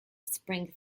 spring